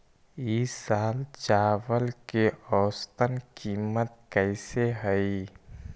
ई साल चावल के औसतन कीमत कैसे हई?